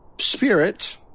spirit